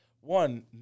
One